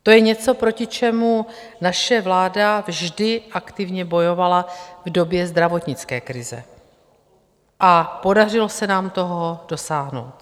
To je něco, proti čemu naše vláda vždy aktivně bojovala v době zdravotnické krize a podařilo se nám toho dosáhnout.